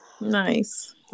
Nice